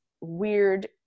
weird